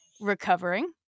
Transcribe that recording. recovering